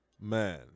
Man